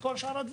אבל בכל השאר אלו